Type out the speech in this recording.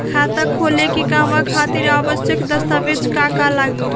खाता खोले के कहवा खातिर आवश्यक दस्तावेज का का लगी?